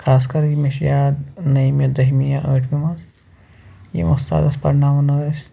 خاص کَر یہِ مےٚ چھُ یاد نٔمہِ دٔہمہِ یا ٲٹھمہِ منٛز یِم اُستاد اَسہِ پرناوان ٲسۍ